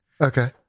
Okay